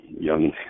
young